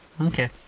Okay